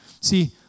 See